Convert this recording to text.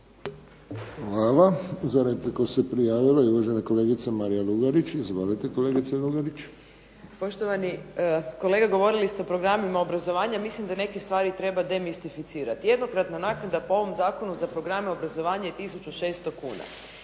Hvala. Za repliku se prijavila i uvažena kolegica Marija Lugarić. Izvolite kolegice Lugarić. **Lugarić, Marija (SDP)** Poštovani kolega govorili ste o programima obrazovanja, mislim da neke stvari treba demistificirati. Jednokratna naknada po ovom zakonu za programe obrazovanja je tisuću 600 kuna.